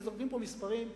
וזורקים פה מספרים.